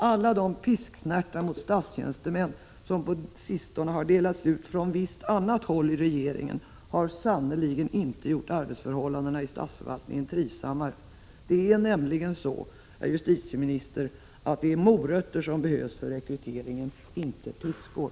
Alla de pisksnärtar mot statstjänstemän som på sistone delats ut från visst annat håll i regeringen har sannerligen inte gjort arbetsförhållandena i statsförvaltningen trivsammare. Det är nämligen, herr justitieminister, morötter som behövs för rekryteringen, inte piskor.